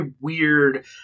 weird